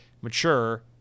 mature